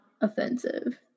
offensive